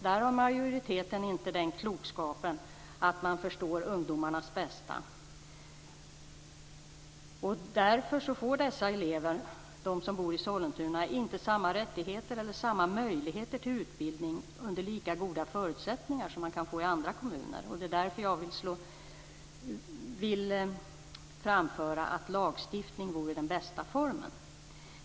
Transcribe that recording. Där har majoriteten inte den klokskapen att man förstår ungdomarnas bästa. Därför får de elever som bor i Sollentuna inte samma möjligheter till utbildning under lika goda förutsättningar som man kan få i andra kommuner. Det är därför jag vill framföra att lagstiftning vore den bästa formen.